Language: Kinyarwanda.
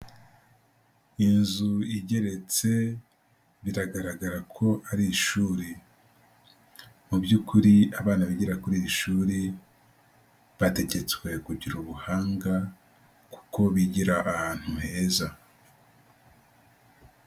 Inzu igeretse biragaragara ko ari ishuri, mu by'ukuri abana bigira kuri iri shuri bategetswe kugira ubuhanga, kuko bigira ahantu heza.